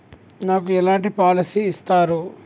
నాకు ఎలాంటి పాలసీ ఇస్తారు?